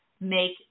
make